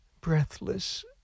breathless